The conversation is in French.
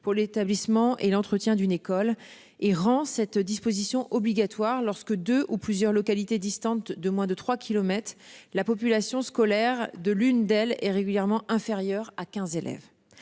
pour l'établissement et l'entretien d'une école et rend cette disposition obligatoire lorsque 2 ou plusieurs localités distantes de moins de 3 kilomètres la population scolaire de l'une d'elles est régulièrement inférieure à 15 élèves.